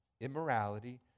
immorality